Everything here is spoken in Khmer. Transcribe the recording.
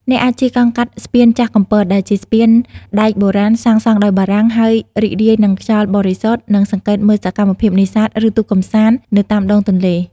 អ្នកអាចជិះកង់កាត់ស្ពានចាស់កំពត ដែលជាស្ពានដែកបុរាណសាងសង់ដោយបារាំង ហើយរីករាយនឹងខ្យល់បរិសុទ្ធ និងសង្កេតមើលសកម្មភាពនេសាទ ឬទូកកម្សាន្តនៅតាមដងទន្លេ។